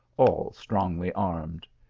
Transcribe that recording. all strongly armed.